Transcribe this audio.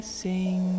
sing